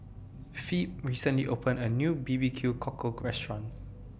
Phebe recently opened A New B B Q Cockle Restaurant